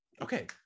Okay